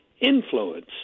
influence